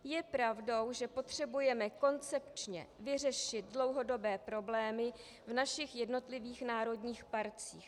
Je pravdou, že potřebujeme koncepčně vyřešit dlouhodobé problémy v našich jednotlivých národních parcích.